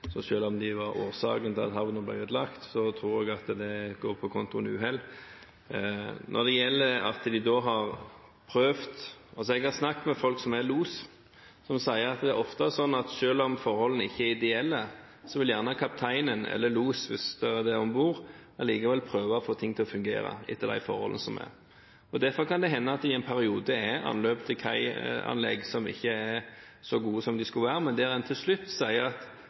så mange måneder ikke har hatt hurtigruteanløp? La meg først si at jeg tviler sterkt på at Hurtigruten har gjort dette med vilje. Selv om de var årsaken til at havna ble ødelagt, tror jeg det går på kontoen for uhell. Jeg har snakket med folk som er los, som sier at ofte er det slik at selv om forholdene ikke er ideelle, vil gjerne kapteinen eller losen, hvis en slik er om bord, prøve å få ting til å fungere etter de forholdene som er. Derfor kan det hende at det i en periode er anløp til kaianlegg som ikke er så gode som de skulle vært. Til slutt sier man at